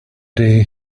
day